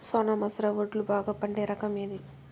సోనా మసూర వడ్లు బాగా పండే రకం ఏది